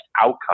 outcome